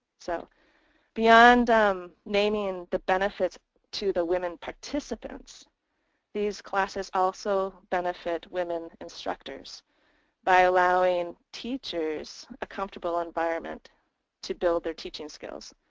so beyond naming the benefits to the women participants these classes also benefit women instructors by allowing teachers a comfortable environment to build their teaching skills.